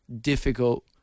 difficult